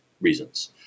reasons